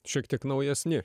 šiek tiek naujesni